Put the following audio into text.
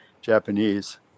Japanese